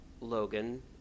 logan